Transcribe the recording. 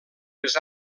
més